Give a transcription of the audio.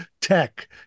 Tech